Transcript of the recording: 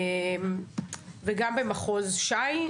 וגם במחוז שי,